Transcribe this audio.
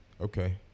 okay